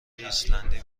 ایسلندی